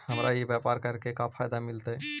हमरा ई व्यापार करके का फायदा मिलतइ?